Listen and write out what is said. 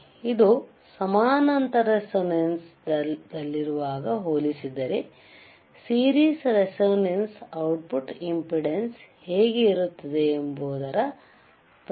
ಇದು ಸಮಾನಾಂತರ ರೇಸೋನೆನ್ಸ್ದಲ್ಲಿರುವಾಗ ಹೋಲಿಸಿದರೆ series resonance output impedance ಹೇಗೆ ಇರುತ್ತದೆ ಎಂಬುದರ ಪ್ರಾತಿನಿಧ್ಯವಾಗಿದೆ